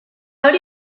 hori